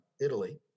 Italy